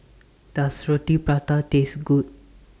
Does Roti Prata Taste Good